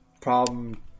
problem